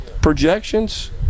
projections